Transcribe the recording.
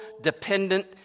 dependent